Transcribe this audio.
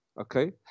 okay